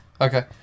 Okay